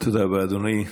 תודה רבה, אדוני.